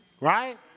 right